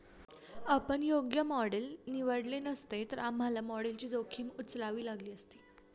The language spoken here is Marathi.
आपण योग्य मॉडेल निवडले नसते, तर आम्हाला मॉडेलची जोखीम उचलावी लागली असती